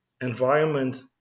environment